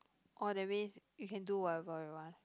oh that means you can do whatever you want